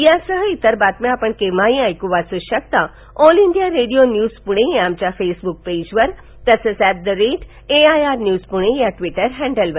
यासह इतर बातम्या आपण केव्हाही वाचू ऐकू शकता All India Radio News Pune या आमच्या फेसबुक पेजवर तसंच at A I R news Pune या ट्विटर हॅंडलवर